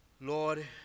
Lord